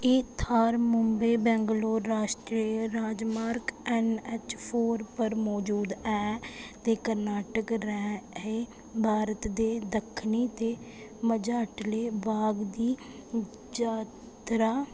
एह् थाह्र मुंबई बेंगलोर राश्ट्री राजमार्ग ऐन्नऐच्च फोर पर मजूद है ते कर्नाटक रैहें भारत दे दक्खनी ते मझाटले भाग दी जात्तरा